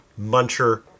muncher